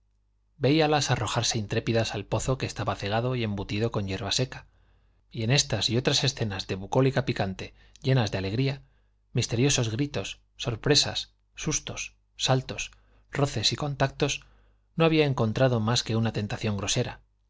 íntimos veíalas arrojarse intrépidas al pozo que estaba cegado y embutido con hierba seca y en estas y otras escenas de bucólica picante llenas de alegría misteriosos gritos sorpresas sustos saltos roces y contactos no había encontrado más que una tentación grosera